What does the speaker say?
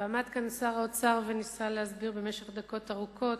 ועמד כאן שר האוצר וניסה להסביר במשך דקות ארוכות.